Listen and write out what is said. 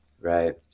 Right